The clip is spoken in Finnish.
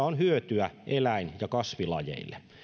on hyötyä eläin ja kasvilajeille